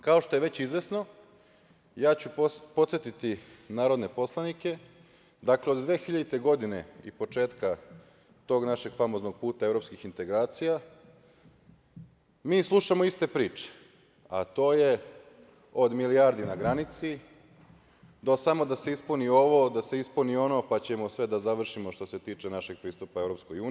Kao što je već izvesno, ja ću podsetiti narodne poslanike, dakle od 2000. godine i početka tog našeg famoznog puta evropskih integracija, mi slušamo iste priče, a to je od milijardi na granici, do samo da se ispuni ovo, da se ispuni ono, pa ćemo sve da završimo što se tiče našeg pristupa EU.